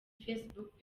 facebook